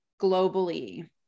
globally